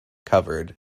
covered